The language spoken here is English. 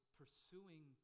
pursuing